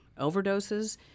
overdoses